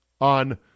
on